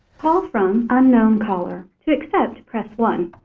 call from unknown caller. to accept press one.